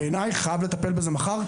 בעיניי חייב לטפל בזה מחר.